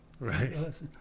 Right